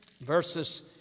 verses